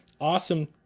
awesome